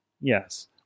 Yes